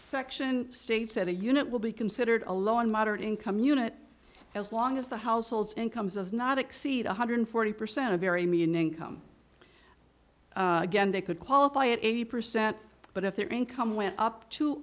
section states that a unit will be considered a low and moderate income unit as long as the household incomes of not exceed one hundred forty percent to bury me in income again they could qualify at eighty percent but if their income went up to